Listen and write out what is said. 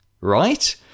right